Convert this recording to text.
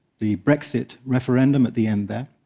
the brexit referendum at the end there.